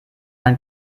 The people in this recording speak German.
man